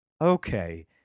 Okay